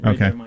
Okay